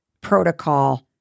protocol